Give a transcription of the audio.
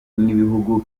n’ibihugu